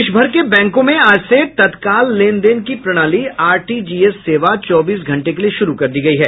देशभर के बैंकों में आज से तत्काल लेन देन की प्रणाली आरटीजीएस सेवा चौबीस घंटे के लिए शुरू कर दी गयी है